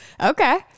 Okay